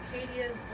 arcadia's